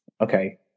okay